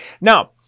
now